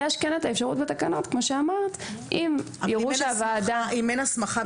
כן יש את האפשרות בתקנות --- אם אין הסמכה.